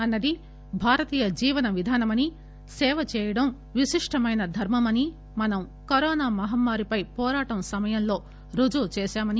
అన్న ది భారతీయ జీవన విధానమని సేవ చేయడం విశిష్టమైన ధర్మమని మనం కరోనా మహమ్మారి పై వోరాట సమయంలో రుజువు చేశామన్నారు